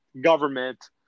government